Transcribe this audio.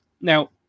Now